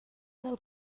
del